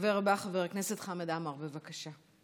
הדובר הבא, חבר הכנסת חמד עמאר, בבקשה.